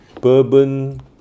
Bourbon